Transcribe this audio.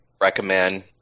recommend